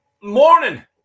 morning